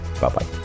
bye-bye